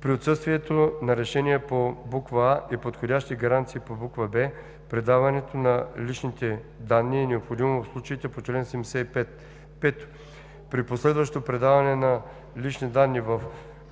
при отсъствието на решение по буква „а“ и подходящи гаранции по буква „б“ предаването на личните данни е необходимо в случаите по чл. 75; 5. при последващо предаване на лични данни на